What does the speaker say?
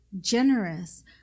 generous